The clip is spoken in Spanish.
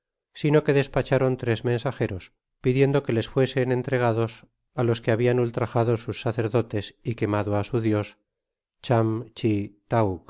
sino que despacharon tres mensa eros pidiendo que les fuese entregados á los que habidn ultrajado sus sacerdotes y quemado á sus dios